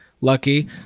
Lucky